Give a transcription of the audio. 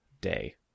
day